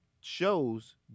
shows